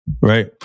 Right